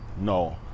no